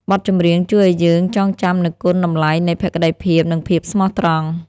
បទចម្រៀងជួយឱ្យយើងចងចាំនូវគុណតម្លៃនៃភក្ដីភាព និងភាពស្មោះត្រង់។